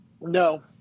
No